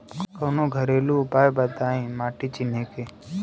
कवनो घरेलू उपाय बताया माटी चिन्हे के?